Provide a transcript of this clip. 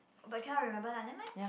but cannot remember lah nevermind